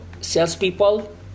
salespeople